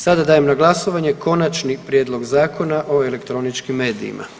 Sada dajem na glasovanje Konačni prijedlog Zakona o elektroničkim medijima.